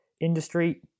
industry